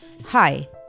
Hi